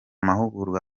mahugurwa